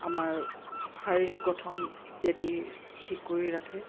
আমাৰ শাৰীৰিক গঠন ইত্যাদি ঠিক কৰি ৰাখে